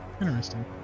Interesting